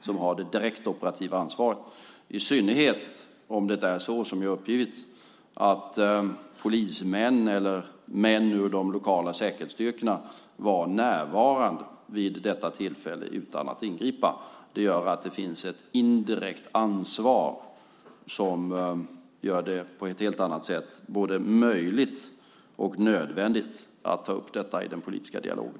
Denna har det direkta operativa ansvaret, i synnerhet om det är så som har uppgivits, att polismän eller män ur de lokala säkerhetsstyrkorna var närvarande vid detta tillfälle utan att ingripa. Då finns det ett indirekt ansvar, som på ett helt annat sätt gör det både möjligt och nödvändigt att ta upp detta i den politiska dialogen.